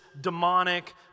demonic